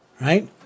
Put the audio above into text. Right